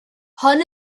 hon